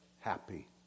happy